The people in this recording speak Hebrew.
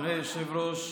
אדוני היושב-ראש,